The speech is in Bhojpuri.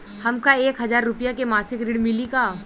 हमका एक हज़ार रूपया के मासिक ऋण मिली का?